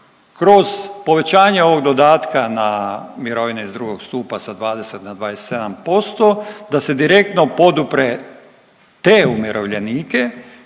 kroz povećanje ovog dodatka na mirovine iz 2. stupa sa 20 na 27%, da se direktno podupre te umirovljenike